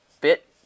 bit